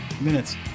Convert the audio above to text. minutes